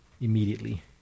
immediately